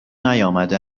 نیامده